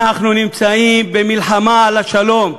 אנחנו נמצאים במלחמה על השלום.